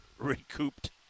recouped